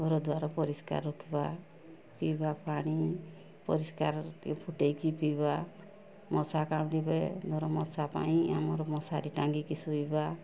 ଘର ଦ୍ଵାର ପରିଷ୍କାର ରଖିବା ପିଇବା ପାଣି ପରିଷ୍କାର ଟିକେ ଫୁଟେଇକି ପିଇବା ମଶା କାମୁଡ଼ିବେ ଧର ମଶା ପାଇଁ ଆମର ମଶାରୀ ଟାଙ୍ଗିକି ଶୋଇବା